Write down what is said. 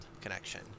connection